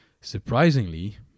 surprisingly